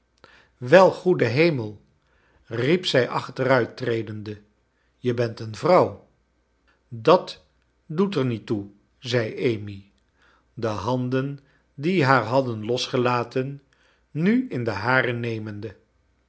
wel goede kernel riep zij achteruit tredende je bent een vrouw j dat doet er niet toe zei amy de handen die haar hadden losgelaten nu in de hare nemende